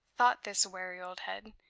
thought this wary old head,